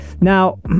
Now